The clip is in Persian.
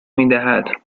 میدهد